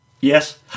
Yes